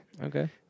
Okay